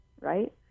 right